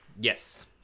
yes